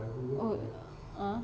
oh uh